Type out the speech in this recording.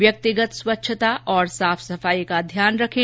व्यक्तिगत स्वच्छता और साफ सफाई का ध्यान रखें